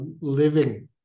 living